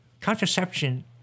Contraception